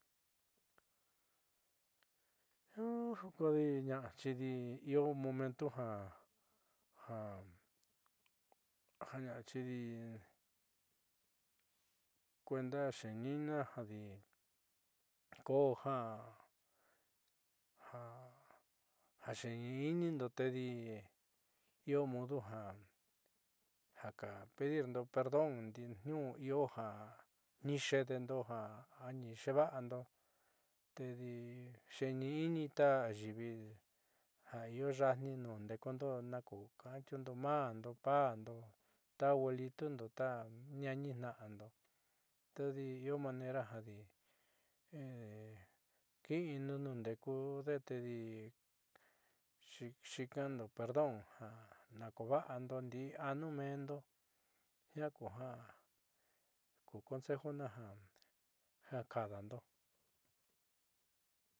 Kodi na'a xiidi io momento jaja ña'axi kuenda xeeni'inina jádi koja ja xeeni'inindo tedi io mudo ja naka pedirndo perdón ndii io ja ni xe'edeendo ja ai xeeva'ando tedi xeeni'ini ta ayiivi io ya'atnii nun ndeekundo naku ka'antiundo maándo paándo ta abuelitondo ta ñaanitna'ando tedi io manera jadi ki'indo nuun ndekude tedi xi'ikando perdon ja nakuva'ando ndii anu meendo jiaa kuja ku consejuna jajakaadando.